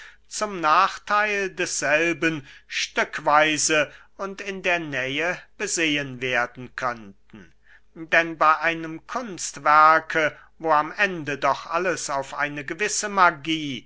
zum nachtheil desselben stückweise und in der nähe besehen werden könnten denn bey einem kunstwerke wo am ende doch alles auf eine gewisse magie